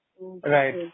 Right